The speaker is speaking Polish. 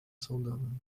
sądowym